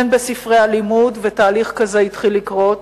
הן בספרי הלימוד, ותהליך כזה התחיל לקרות,